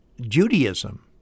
Judaism